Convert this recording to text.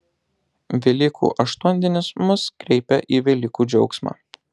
velykų aštuondienis mus kreipia į velykų džiaugsmą